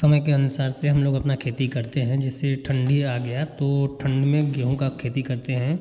समय के अनुसार से हम लोग अपना खेती करते हैं जैसे ठंडी आ गया तो ठंड में गेहूँ का खेती करते हैं